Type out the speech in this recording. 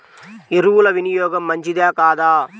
ఎరువుల వినియోగం మంచిదా కాదా?